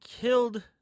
killed